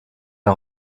est